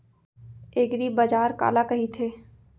एगरीबाजार काला कहिथे?